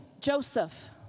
Joseph